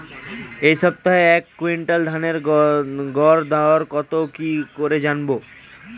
এই সপ্তাহের এক কুইন্টাল ধানের গর দর কত কি করে জানবো?